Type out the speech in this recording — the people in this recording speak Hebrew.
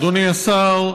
אדוני השר,